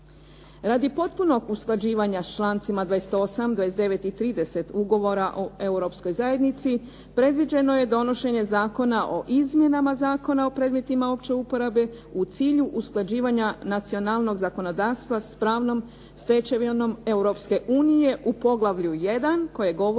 Radi potpunog usklađivanja s člancima 28., 29. i 30. ugovora o Europskoj zajednici predviđeno je donošenje zakona o izmjenama Zakona o predmetima opće uporabe u cilju usklađivanja nacionalnog zakonodavstva s pravnom stečevinom Europske unije u poglavlju 1. koje govori